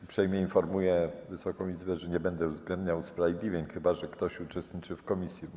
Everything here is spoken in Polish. Uprzejmie informuję Wysoką Izbę, że nie będę uwzględniał usprawiedliwień, chyba że ktoś uczestniczy w posiedzeniu komisji.